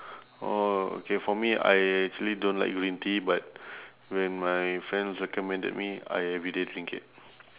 orh okay for me I actually don't like green tea but when my friends recommended me I every day drink it